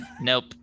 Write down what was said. Nope